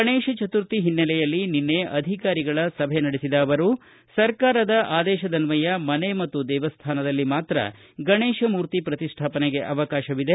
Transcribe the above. ಗಣೇಶ ಚತುರ್ಥಿ ಹಿನ್ನೆಲೆಯಲ್ಲಿ ನಿನ್ನೆ ಅಧಿಕಾರಿಗಳ ಸಭೆ ನಡೆಸಿದ ಅವರು ಸರ್ಕಾರದ ಆದೇಶದನ್ವಯ ಮನೆ ಮತ್ತು ದೇವಸ್ಥಾನದಲ್ಲಿ ಮಾತ್ರ ಗಣೇಶಮೂರ್ತಿ ಪ್ರತಿಷ್ಠಾಪನೆಗೆ ಅವಕಾಶವಿದೆ